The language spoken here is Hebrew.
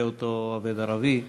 כלפי אותו עובד ערבי,